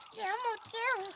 yeah elmo too.